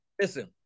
Listen